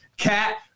Cat